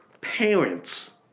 parents